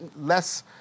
less